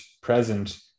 present